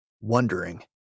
wondering